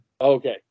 Okay